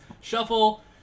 Shuffle